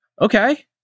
Okay